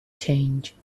change